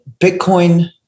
Bitcoin